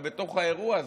אתה בתוך האירוע הזה.